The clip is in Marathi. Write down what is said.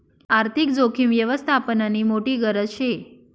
आर्थिक जोखीम यवस्थापननी मोठी गरज शे